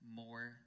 more